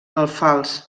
alfals